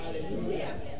Hallelujah